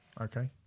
Okay